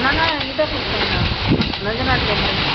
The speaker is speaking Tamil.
நான்தாண்ணா அனிதா பேசுறேங்க அண்ணா நஞ்சநாட்டுலேர்ந்து